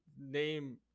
name